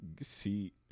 see